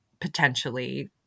potentially